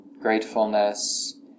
gratefulness